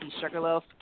Sugarloaf